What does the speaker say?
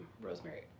rosemary